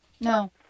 No